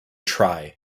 try